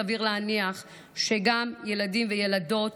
סביר להניח שגם ילדים וילדות